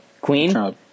Queen